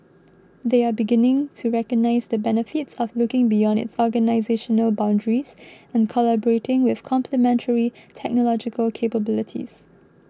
they are beginning to recognise the benefits of looking beyond its organisational boundaries and collaborating with complementary technological capabilities